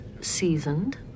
seasoned